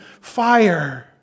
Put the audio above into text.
fire